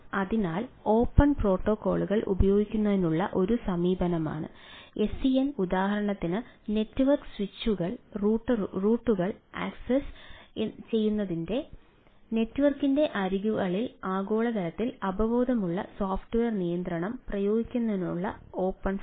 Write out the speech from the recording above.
അതിനാൽ ഓപ്പൺ പ്രോട്ടോക്കോളുകൾ ഉപയോഗിക്കുന്നതിനുള്ള ഒരു സമീപനമാണ് എസ്ഡിഎൻ ഉദാഹരണത്തിന് നെറ്റ്വർക്ക് സ്വിച്ചുകൾ റൂട്ടറുകൾ ആക്സസ് ചെയ്യുന്നതിന് നെറ്റ്വർക്കിന്റെ അരികുകളിൽ ആഗോളതലത്തിൽ അവബോധമുള്ള സോഫ്റ്റ്വെയർ നിയന്ത്രണം പ്രയോഗിക്കുന്നതിനുള്ള ഓപ്പൺ ഫ്ലോ